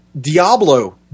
Diablo